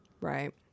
Right